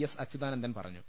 S Achuthanandan പറഞ്ഞു